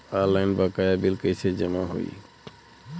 Online बकाया bill कैसे जमा होला?